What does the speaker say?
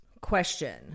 Question